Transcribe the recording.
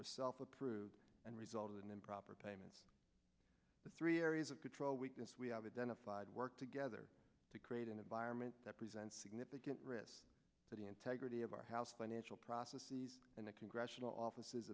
were self approved and resulted in improper payments to three areas of control weakness we have identified work together to create an environment that presents significant risk to the integrity of our house financial processes and the congressional offices